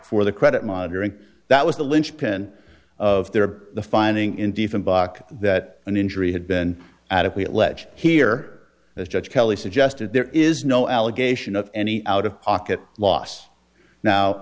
for the credit monitoring that was the linchpin of or finding in different book that an injury had been adequate ledge here as judge kelly suggested there is no allegation of any out of pocket loss now